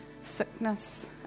sickness